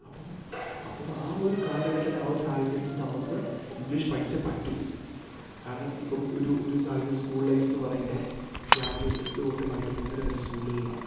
അപ്പം അപ്പം ആ ഒരു കാലഘട്ടത്ത് ആ ഒരു സാഹചര്യത്തിൽ നമുക്ക് ഇംഗ്ലീഷ് പഠിച്ചേ പറ്റൂ കാരണം ഇപ്പം ഒരു ഒരു സാഹചര്യ സ്കൂൾ ലൈഫ് എന്ന് പറയുമ്പോൾ രാവിലെ എട്ട് തൊട്ട് വൈകിട്ട് മൂന്നര വരെ സ്കൂളുകളാണ്